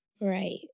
Right